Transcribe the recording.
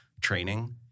training